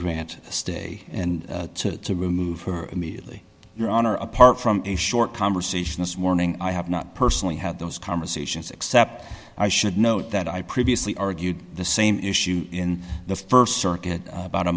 grant a stay and to remove her immediately your honor apart from a short conversation this morning i have not personally had those conversations except i should note that i previously argued the same issue in the st circuit about a